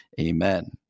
Amen